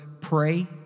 pray